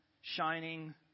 shining